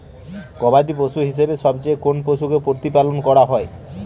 গবাদী পশু হিসেবে সবচেয়ে কোন পশুকে প্রতিপালন করা হয়?